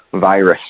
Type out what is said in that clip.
virus